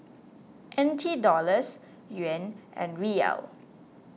N T Dollars Yuan and Riyal